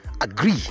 agree